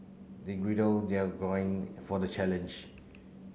they their for the challenge